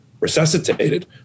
resuscitated